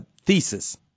thesis